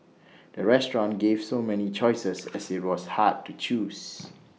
the restaurant gave so many choices that IT was hard to choose